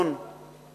מנגנון